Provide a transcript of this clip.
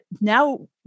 now